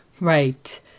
Right